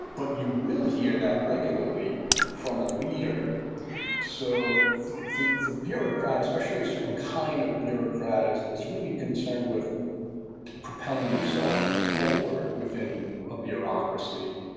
but you will hear that regularly from a leader so the the bureaucrat, especially a certain kind of bureaucrat, is is really concerned with propelling himself forward within a bureaucracy.